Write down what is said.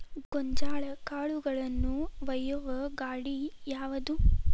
ಗೋಂಜಾಳ ಕಾಳುಗಳನ್ನು ಒಯ್ಯುವ ಗಾಡಿ ಯಾವದು?